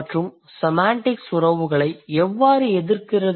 மற்றும் செமாண்டிக் உறவுகளை எவ்வாறு எதிர்க்கிறது